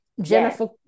Jennifer